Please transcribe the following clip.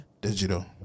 Digital